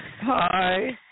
Hi